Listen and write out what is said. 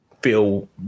feel